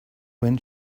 when